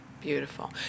Beautiful